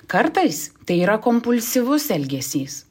kartais tai yra kompulsyvus elgesys